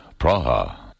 Praha